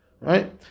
Right